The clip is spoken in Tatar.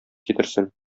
китерсен